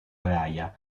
araya